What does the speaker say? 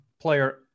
player